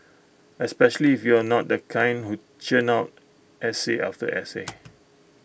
especially if you're not the kind who churn out essay after essay